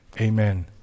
Amen